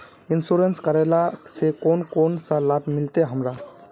Insurance करेला से कोन कोन सा लाभ मिलते हमरा?